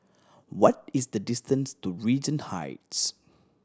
what is the distance to Regent Heights